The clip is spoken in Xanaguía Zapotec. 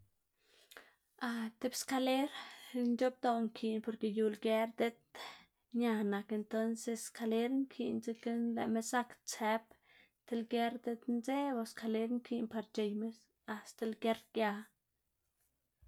tib skaler nc̲h̲oꞌbdoꞌ nkiꞌn porke yu lger diꞌt ña nak entonses skaler nkiꞌn, dzekna lëꞌma zak tsëp ti lger diꞌt ndzeꞌb o skaler nkiꞌn par c̲h̲eyma a sti lger gia.